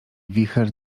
wicher